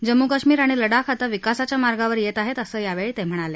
जम्मू काश्मिर आणि लडाख आता विकासाच्या मार्गावर येत आहेत असं यावेळी ते म्हणाले